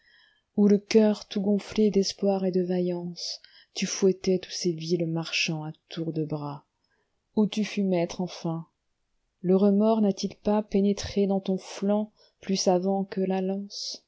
où le cœur tout gonflé d'espoir et de vaillance tu fouettais tous ces vils marchands à tour de bras où tu fus maître enfm le remords n'a-t-il paspénétré dans ton flanc plus avant que la lance